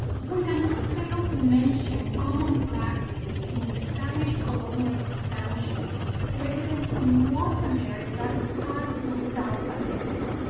we cannot fail to mention common practices in the spanish colonial expansion evident in north america and in south america.